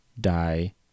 die